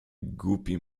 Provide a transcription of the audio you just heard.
głupi